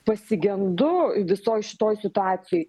pasigendu visoj šitoj situacijoj